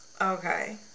Okay